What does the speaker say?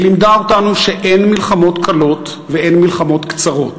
היא לימדה אותנו שאין מלחמות קלות ואין מלחמות קצרות.